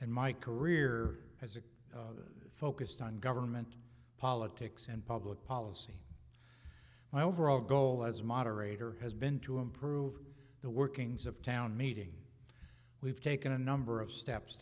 and my career as a focused on government politics and public policy my overall goal as moderator has been to improve the workings of town meeting we've taken a number of steps